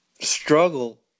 struggle